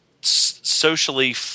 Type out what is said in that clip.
socially